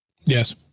Yes